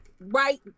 right